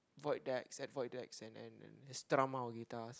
void decks at void decks and and and strum our guitars